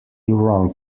wrong